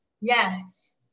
Yes